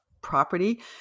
property